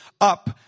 up